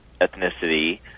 ethnicity